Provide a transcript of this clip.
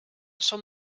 són